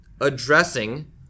addressing